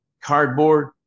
cardboard